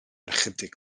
ychydig